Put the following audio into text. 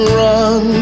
run